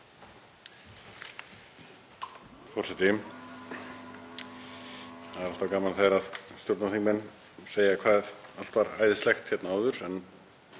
Forseti. Það er alltaf gaman þegar stjórnarþingmenn segja hvað allt var æðislegt hérna áður. En